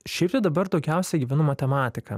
šiaip tai dabar daugiausiai gyvenu matematika